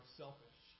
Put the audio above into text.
selfish